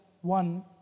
one